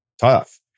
tough